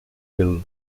hill